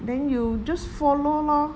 then you just follow lor